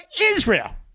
Israel